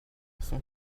son